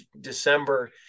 december